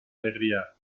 alegría